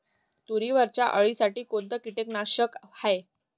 तुरीवरच्या अळीसाठी कोनतं कीटकनाशक हाये?